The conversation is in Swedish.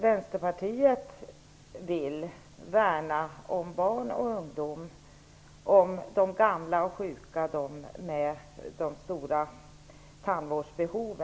Vänsterpartiet vill värna om barn och ungdom, de gamla och sjuka och de som har stora tandvårdsbehov.